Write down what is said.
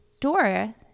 Dora